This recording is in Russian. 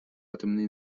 атомной